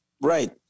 Right